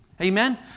Amen